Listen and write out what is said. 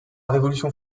révolution